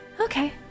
Okay